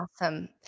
Awesome